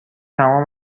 تمام